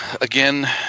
again